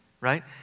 right